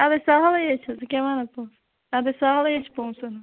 ادے سہلٕے ہے چھُ ژٕ کیاہ وَنان پونٛسہٕ ادے سہلٕے ہے چھُ پونٛسَن ہُنٛد